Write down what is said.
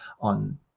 on